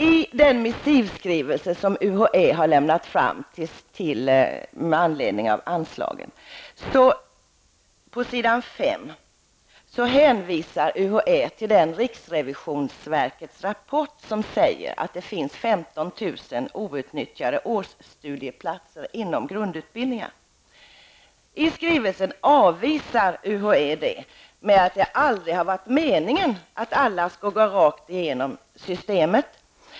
I den missivskrivelse som UHÄ lämnade med anledning av anslagen hänvisas på s. 5 till riksrevisionsverkets rapport som säger att det finns 15 000 outnyttjade årsstudieplatser inom grundutbildningarna. I skrivelsen avvisar UHÄ det med att det aldrig varit meningen att alla skall gå rakt igenom systemet.